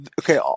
okay